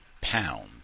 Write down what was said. pound